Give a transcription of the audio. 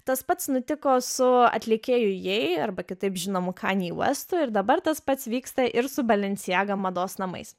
tas pats nutiko su atlikėju jei arba kitaip žinomų kani vestu ir dabar tas pats vyksta ir su balincijaga mados namais